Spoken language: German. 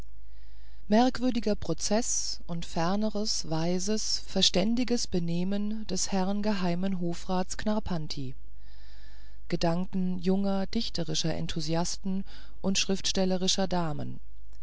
merkwürdiger prozeß und ferneres weises verständiges benehmen des herrn geheimen hofrats knarrpanti gedanken junger dichterischer enthusiasten und schriftstellerischer damen